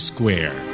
Square